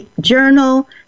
journal